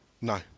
No